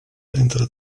entre